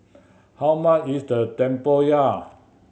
how much is the tempoyak